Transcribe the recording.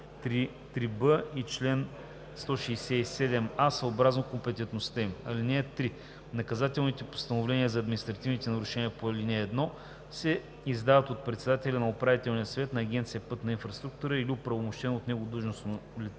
3б и чл. 167а, съобразно компетентността им. (3) Наказателните постановления за административните нарушения по ал. 1 се издават от председателя на управителния съвет на Агенция „Пътна инфраструктура“ или от оправомощени от него длъжностни лица.